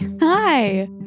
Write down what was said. Hi